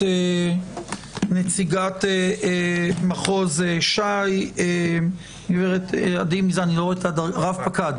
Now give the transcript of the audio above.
נציגת מחוז ש"י, גברת רב פקד